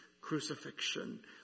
crucifixion